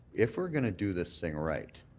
if we're going to do this thing right,